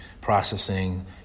processing